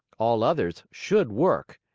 all others should work,